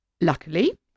Luckily